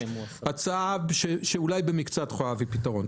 יש לי הצעה שאולי במקצת יכולה להביא פתרון.